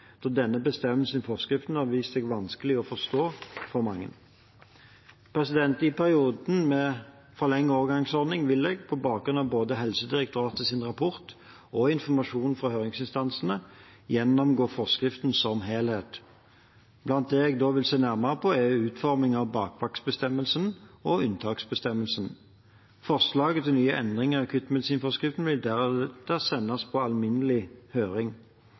denne bestemmelsen i forskriften har vist seg vanskelig å forstå for mange. I perioden med forlenget overgangsordning vil jeg på bakgrunn av både Helsedirektoratets rapport og informasjonen fra høringsinstansene gjennomgå forskriften i helhet. Blant det jeg da vil se nærmere på, er utformingen av bakvaktbestemmelsen og unntaksbestemmelsen. Forslaget til nye endringer i akuttmedisinforskriften vil deretter sendes på alminnelig høring,